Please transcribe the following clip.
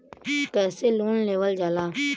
कैसे लोन लेवल जाला?